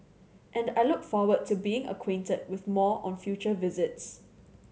and I look forward to being acquainted with more on future visits